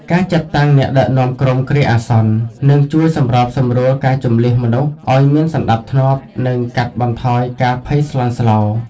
ការចាត់តាំង អ្នកដឹកនាំក្រុមគ្រាអាសន្ន នឹងជួយសម្របសម្រួលការជម្លៀសមនុស្សឱ្យមានសណ្ដាប់ធ្នាប់ និងកាត់បន្ថយការភ័យស្លន់ស្លោ។